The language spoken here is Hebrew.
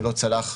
שלא צלח,